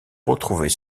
retrouver